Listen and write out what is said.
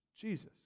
Jesus